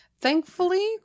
thankfully